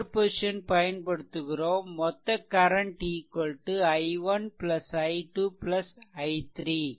superposition பயன்படுத்துகிறோம் மொத்த current i1 i2 i3